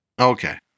Okay